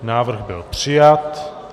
Návrh byl přijat.